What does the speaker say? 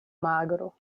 magro